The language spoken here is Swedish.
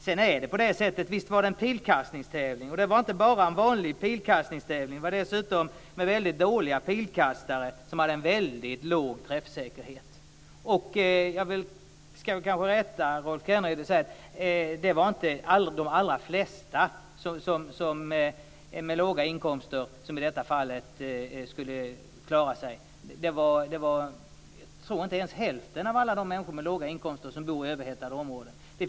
Sedan är det på det sättet att det visst var en pilkastningstävling, dessutom med väldigt dåliga pilkastare som hade en väldigt låg träffsäkerhet. Jag ska kanske rätta Rolf Kenneryd, för det var inte de allra flesta med låga inkomster som i detta fall skulle klara sig. Jag tror att inte ens hälften av alla människor med låga inkomster som bor i överhettade områden skulle göra det.